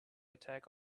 attack